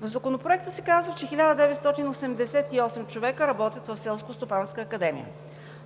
В Законопроекта се казва, че 1988 човека работят в Селскостопанската академия.